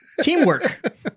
teamwork